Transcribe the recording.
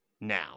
now